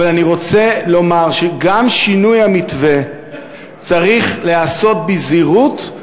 אבל אני רוצה לומר שגם שינוי המתווה צריך להיעשות בזהירות,